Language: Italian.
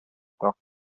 tocca